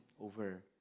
over